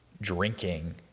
drinking